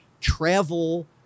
travel